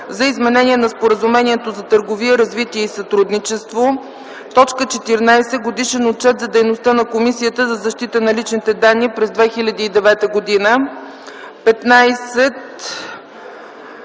за изменение на Споразумението за търговия, развитие и сътрудничество. 14. Годишен отчет за дейността на Комисията за защита на личните данни през 2009 г. 15.